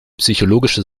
psychologische